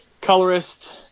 Colorist